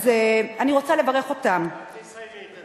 אז אני רוצה לברך אותם, אל תסיימי, תמשיכי.